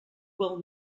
will